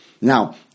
Now